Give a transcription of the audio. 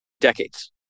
decades